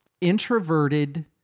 introverted